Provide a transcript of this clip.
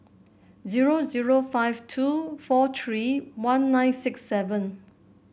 zero zero five two four three one nine six seven